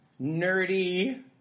nerdy